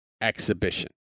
exhibition